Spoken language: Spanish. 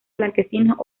blanquecinos